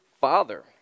Father